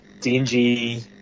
dingy